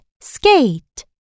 skate